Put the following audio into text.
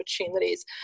opportunities